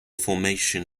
formation